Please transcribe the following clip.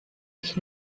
mich